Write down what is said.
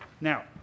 Now